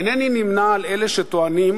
אינני נמנה עם אלה שטוענים,